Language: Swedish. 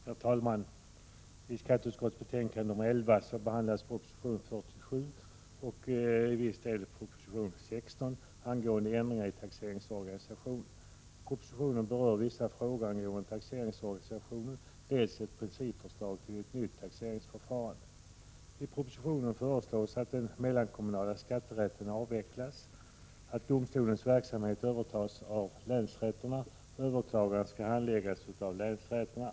Herr talman! I skatteutskottets betänkande nr 11 behandlas proposition nr 47 och proposition nr 16 i viss del angående ändringar i taxeringsorganisationen. Propositionen berör dels vissa frågor angående taxeringsorganisationen, dels ett principförslag till ett nytt taxeringsförfarande. I propositionen föreslås att den mellankommunala skatterätten avvecklas och att domstolens verksamhet övertas av länsrätterna. Överklagande skall handläggas av länsrätterna.